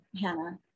Hannah